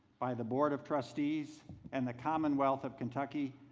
by the board of trustees and the commonwealth of kentucky,